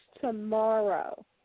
tomorrow